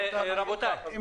אנחנו